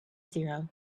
zero